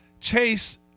Chase